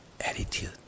attitude